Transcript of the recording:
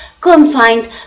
confined